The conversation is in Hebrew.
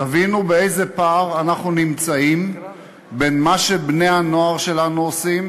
תבינו באיזה פער אנחנו נמצאים בין מה שבני-הנוער שלנו עושים,